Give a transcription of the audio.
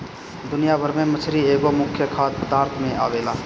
दुनिया भर में मछरी एगो मुख्य खाद्य पदार्थ में आवेला